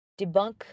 debunk